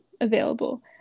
available